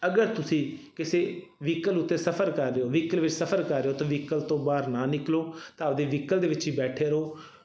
ਅਗਰ ਤੁਸੀਂ ਕਿਸੇ ਵਹੀਕਲ ਉੱਤੇ ਸਫ਼ਰ ਕਰ ਰਹੇ ਹੋ ਵਹੀਕਲ ਵਿਚ ਸਫ਼ਰ ਕਰ ਰਹੇ ਹੋ ਤਾਂ ਵਹੀਕਲ ਤੋਂ ਬਾਹਰ ਨਾ ਨਿਕਲੋ ਤਾਂ ਆਪਣੇ ਵਹੀਕਲ ਦੇ ਵਿੱਚ ਹੀ ਬੈਠੇ ਰਹੋ